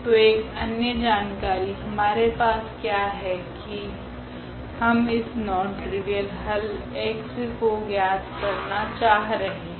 तो एक अन्य जानकारी हमारे पास क्या है की हम इस नॉन ट्रिवियल हल x को ज्ञात करना चाह रहे है